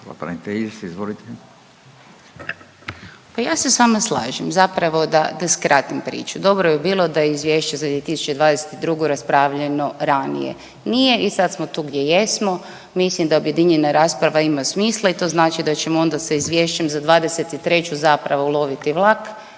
Pa ja se s vama slažem zapravo da, da skratim priču. Dobro bi bilo da je izvješće za 2022. raspravljeno ranije. Nije i sad smo tu gdje jesmo. Mislim da objedinjena rasprava ima smisla i to znači da ćemo onda sa izvješćem za '23. zapravo uloviti vlak,